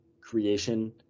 creation